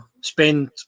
spend